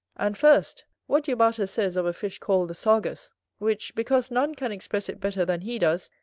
and first, what du bartas says of a fish called the sargus which, because none can express it better than he does,